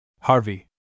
Harvey